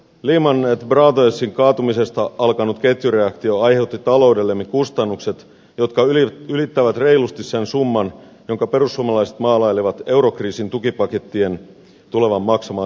lehman brothersin kaatumisesta alkanut ketjureaktio aiheutti taloudellemme kustannukset jotka ylittävät reilusti sen summan jonka perussuomalaiset maalailevat eurokriisin tukipakettien tulevan maksamaan suomelle